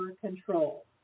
control